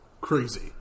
crazy